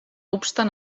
obstant